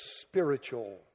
spiritual